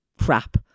crap